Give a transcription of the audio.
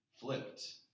flipped